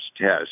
test